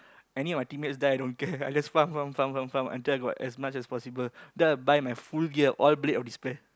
I need my teammates die I don't care I just farm farm farm farm farm until I got as much as possible then I'll buy my full gear all blade of despair